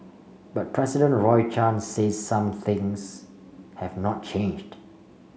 but President Roy Chan says some things have not changed